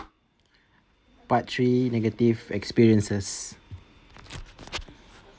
part three negative experiences